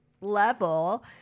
level